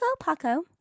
Paco